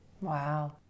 Wow